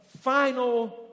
final